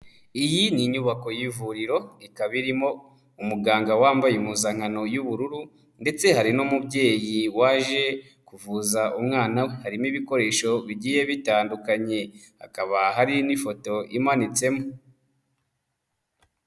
Iyi ni inyubako y'ivuriro, ikaba irimo umuganga wambaye impuzankano y'ubururu ndetse hari n'umubyeyi waje kuvuza umwana, harimo ibikoresho bigiye bitandukanye, hakaba hari n'ifoto imanitsemo.